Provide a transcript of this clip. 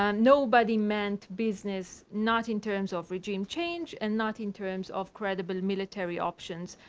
ah nobody meant business, not in terms of regime change and not in terms of credible military options.